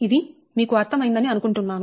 ఇది మీకు అర్థం అయిందని అనుకుంటున్నాను